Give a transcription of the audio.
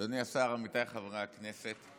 אדוני השר, עמיתיי חברי הכנסת,